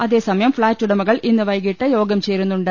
അതേസമയം ഫ്ളാറ്റുടമകൾ ഇന്നു വൈകീട്ട് യോഗം ചേരുന്നുണ്ട്